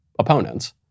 opponents